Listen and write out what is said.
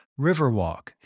Riverwalk